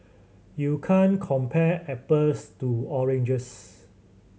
you can't compare apples to oranges